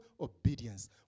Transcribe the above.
obedience